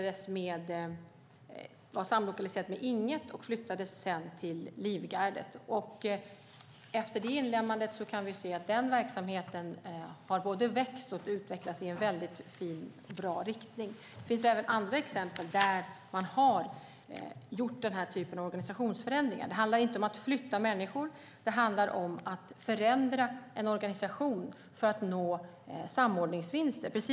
Det var samlokaliserat med Ing 1 och flyttades sedan till Livgardet. Efter det inlemmandet kan vi se att den verksamheten har vuxit och utvecklats i bra riktning. Det finns andra exempel där man har gjort den här typen av organisationsförändringar. Det handlar inte om att flytta människor. Det handlar om att förändra en organisation för att nå samordningsvinster.